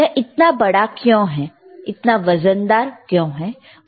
यह इतना बड़ा क्यों है इतना वजनदार क्यों है